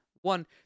one